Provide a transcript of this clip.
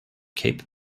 cape